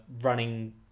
running